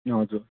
हजुर